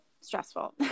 stressful